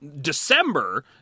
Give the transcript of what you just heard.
December